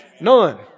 None